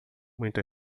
muitas